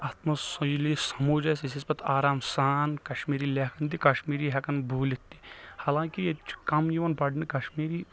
اَتھ منٛز سۄ ییٚلہِ اسہِ سمٕج اَسہِ أسۍ ٲسۍ پتہٕ آرام سان کشمیری لیٚکھان تہِ کشمیٖری ہیٚکان بوٗلِتھ تہِ حالانکہ ییٚتہِ چھُ کم یِوان پرنہٕ کشمیٖری